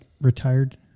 retired